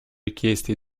richiesti